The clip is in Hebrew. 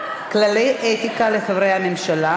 כללי אתיקה לחברי הממשלה),